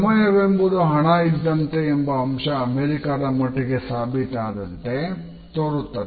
ಸಮಯವೆಂಬುದು ಹಣ ಇದ್ದಂತೆ ಎಂಬ ಅಂಶ ಅಮೇರಿಕಾದ ಮಟ್ಟಿಗೆ ಸಾಬೀತಾದಂತೆ ತೋರುತ್ತದೆ